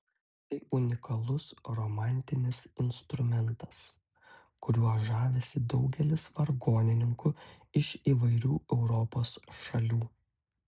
tai unikalus romantinis instrumentas kuriuo žavisi daugelis vargonininkų iš įvairių europos šalių